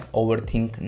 overthink